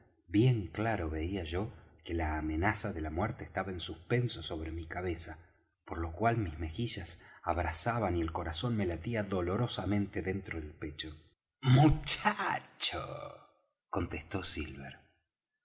bien claro veía yo que la amenaza de la muerte estaba en suspenso sobre mi cabeza por lo cual mis mejillas abrasaban y el corazón me latía dolorosamente dentro el pecho muchacho contestó silver